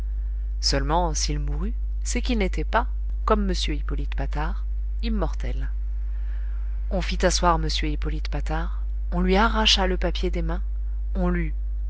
seulement s'il mourut c'est qu'il n'était pas comme m hippolyte patard immortel on fit asseoir m hippolyte patard on lui arracha le papier des mains on lut